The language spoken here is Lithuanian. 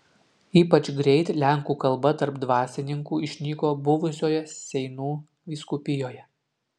ypač greit lenkų kalba tarp dvasininkų išnyko buvusioje seinų vyskupijoje